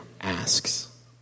asks